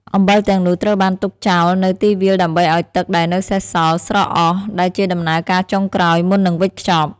អំបិលទាំងនោះត្រូវបានទុកចោលនៅទីវាលដើម្បីឲ្យទឹកដែលនៅសេសសល់ស្រក់អស់ ដែលជាដំណើរការចុងក្រោយមុននឹងវេចខ្ចប់។